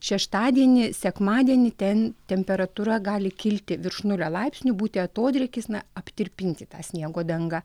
šeštadienį sekmadienį ten temperatūra gali kilti virš nulio laipsnių būti atodrėkis na aptirpinti tą sniego dangą